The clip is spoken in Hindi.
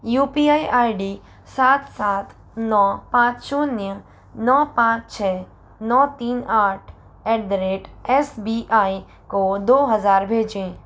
you P I I D सात सात नौ पाँच शून्य नौ पाँच छः नौ तीन आठ at the rate S B I को दो हज़ार भेजें